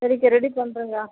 சரிக்கா ரெடி பண்ணுறேன்க்கா